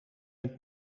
het